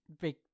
big